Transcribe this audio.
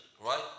right